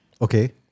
Okay